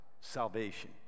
salvation